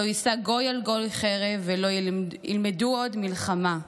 לא יישא גוי אל גוי חרב ולא ילמדו עוד מלחמה".